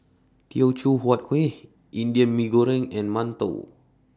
Teochew Huat Kueh Indian Mee Goreng and mantou